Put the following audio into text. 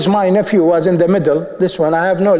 is my nephew was in the middle this one i have no